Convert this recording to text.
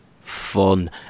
fun